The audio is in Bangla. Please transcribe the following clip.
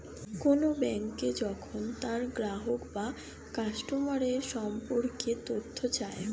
কোন ব্যাঙ্ক যখন তার গ্রাহক বা কাস্টমার সম্পর্কে তথ্য চায়